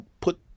put